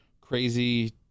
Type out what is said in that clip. crazy